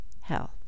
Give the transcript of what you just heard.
health